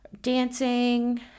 dancing